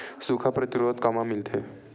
सुखा प्रतिरोध कामा मिलथे?